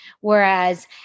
Whereas